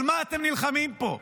על מה אתם נלחמים פה?